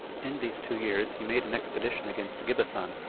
in these two years he made an expedition against gibbethon,